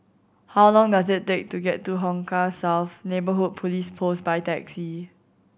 how long does it take to get to Hong Kah South Neighbourhood Police Post by taxi